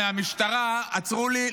מהמשטרה עצרו אותי,